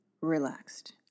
relaxed